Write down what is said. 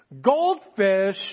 Goldfish